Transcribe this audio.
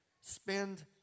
spend